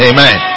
Amen